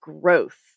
growth